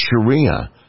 Sharia